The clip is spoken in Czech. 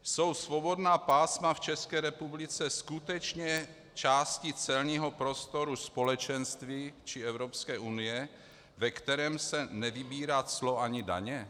Jsou svobodná pásma v České republice skutečně části celního prostoru Společenství či Evropské unie, ve kterém se nevybírá clo ani daně?